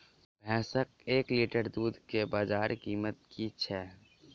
भैंसक एक लीटर दुध केँ बजार कीमत की छै?